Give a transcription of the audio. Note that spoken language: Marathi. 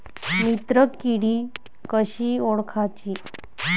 मित्र किडी कशी ओळखाची?